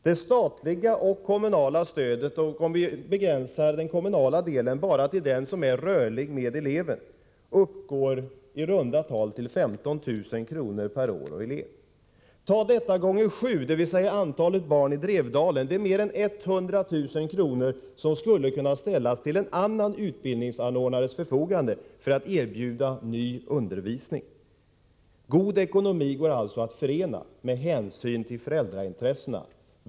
Det statliga och kommunala stödet —- om vi begränsar den kommunala delen bara till den som är rörlig med eleven — uppgår i runda tal till 15 000 kr. per år och elev. Tas denna summa gånger sju, dvs. antalet barn i Drevdagen, blir det mer än 100 000 kr. som skulle kunna ställas till en annan utbildningsanordnares förfogande för att erbjuda ny undervisning. God ekonomi går alltså att förena med föräldraintressena.